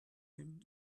him